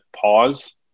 pause